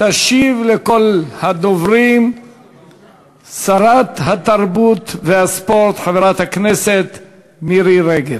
תשיב לכל הדוברים שרת התרבות והספורט חברת הכנסת מירי רגב.